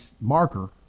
marker